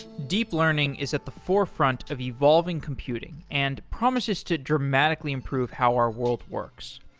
deep learning is at the forefront of evolving computing and promises to dramatically improve how our world works.